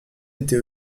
était